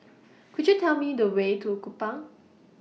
Could YOU Tell Me The Way to Kupang